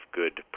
good